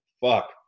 fuck